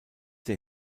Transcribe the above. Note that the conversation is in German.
der